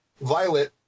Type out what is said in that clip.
Violet